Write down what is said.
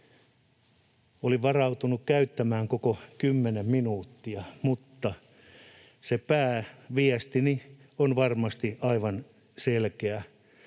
Olin varautunut käyttämään koko 10 minuuttia, mutta se pääviestini on varmasti aivan selkeä.